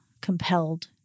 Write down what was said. compelled